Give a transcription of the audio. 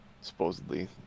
supposedly